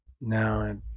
No